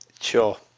Sure